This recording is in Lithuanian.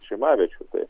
žiemaviečių tai